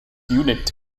unit